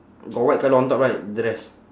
got white colour on top right dress